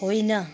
होइन